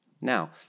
now